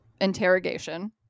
interrogation